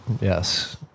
Yes